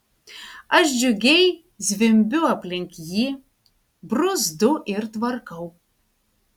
aš džiugiai zvimbiu aplink jį bruzdu ir tvarkau